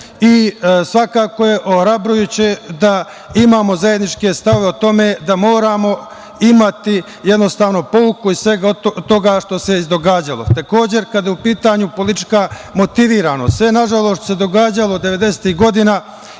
i svakako je ohrabrujuće da imamo zajedničke stavove o tome da moramo imati jednostavno pouku iz svega toga što se iz događalo. Takođe, kada je u pitanju politička motivisanost, sve nažalost što se događalo devedesetih